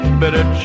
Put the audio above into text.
better